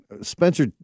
Spencer